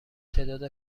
تعداد